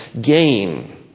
gain